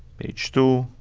page two,